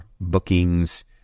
bookings